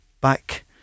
back